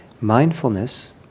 Mindfulness